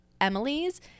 emily's